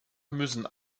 müssen